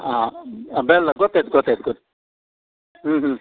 ಆಂ ಬೆಲ್ಲ ಗೊತ್ತಾಯ್ತು ಗೊತ್ತಾಯ್ತು ಗೊತ್ತು ಹ್ಞೂ ಹ್ಞೂ